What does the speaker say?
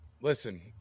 listen